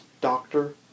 doctor